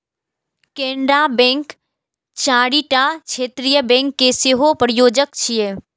Canara bank चारिटा क्षेत्रीय bank के सेहो प्रायोजक छियै